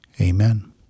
Amen